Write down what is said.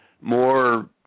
more